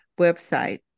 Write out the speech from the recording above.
website